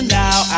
now